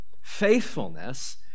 Faithfulness